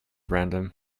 random